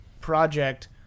project